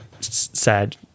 sad